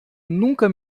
nunca